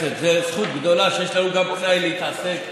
כך, הרשות תתייחס במסגרת